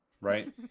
right